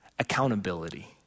Accountability